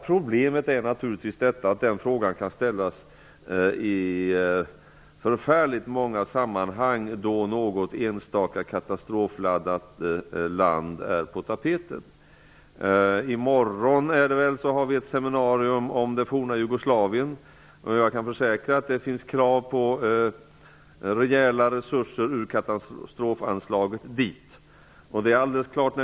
Problemet är naturligtvis att den frågan kan ställas i många sammanhang då något enstaka katastrofdrabbat land är på tapeten. Vi har i morgon ett seminarium om det forna Jugoslavien, och jag kan försäkra att det finns krav på att rejäla resurser ur katastrofanslaget skall gå dit.